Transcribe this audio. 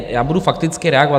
Já budu fakticky reagovat.